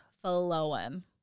flowing